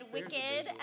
Wicked